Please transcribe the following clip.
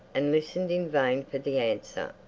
and listened in vain for the answer.